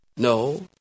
No